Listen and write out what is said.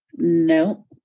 No